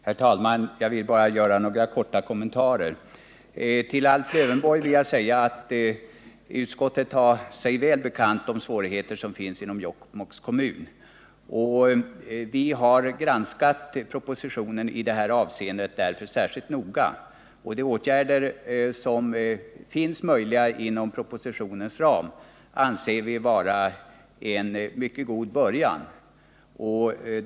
Herr talman! Jag vill bara göra några korta kommentarer. Till Alf Lövenborg vill jag säga att utskottet har sig väl bekant de svårigheter som finns i Jokkmokks kommun. Vi har därför på den här punkten granskat propositionen mycket noga. De åtgärder som kan vidtas inom propositionens ram anser vi vara en mycket god början.